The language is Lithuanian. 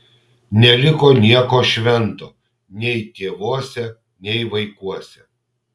neliko nieko švento nei tėvuose nei vaikuose